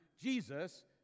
Jesus